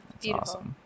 Beautiful